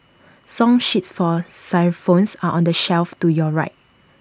song sheets for xylophones are on the shelf to your right